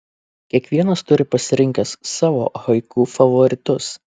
kiekvienas turi pasirinkęs savo haiku favoritus